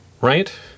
right